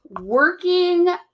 Working